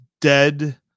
dead